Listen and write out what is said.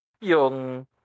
yung